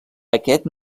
aquest